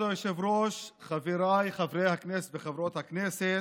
כבוד היושב-ראש, חבריי חברי הכנסת וחברות הכנסת,